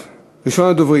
בשטחי E1. ראשון הדוברים,